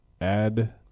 add